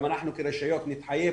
גם אנחנו כרשויות נתחייב,